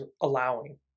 allowing